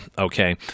Okay